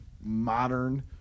modern